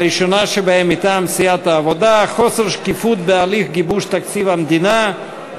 הראשונה שבהן מטעם סיעת העבודה: חוסר שקיפות בהליך גיבוש תקציב המדינה.